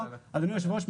אדוני היושב ראש,